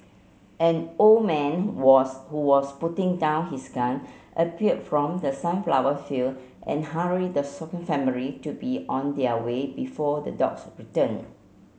an old man was who was putting down his gun appeared from the sunflower field and hurried the shaken family to be on their way before the dogs return